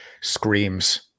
screams